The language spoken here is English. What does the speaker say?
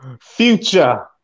Future